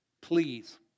Please